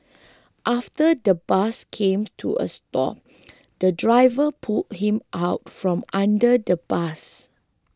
after the bus came to a stop the driver pulled him out from under the bus